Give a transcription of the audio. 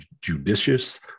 judicious